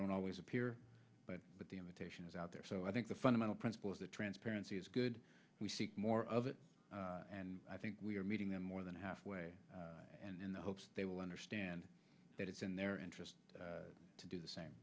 don't always appear but the invitation is out there so i think the fundamental principle is that transparency is good we seek more of it and i think we are meeting them more than halfway and in the hopes they will understand that it's in their interest to do the same